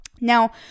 Now